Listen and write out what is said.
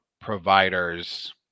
providers